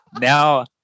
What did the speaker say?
now